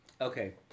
Okay